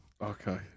Okay